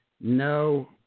No